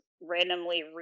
randomly